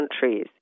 countries